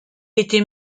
était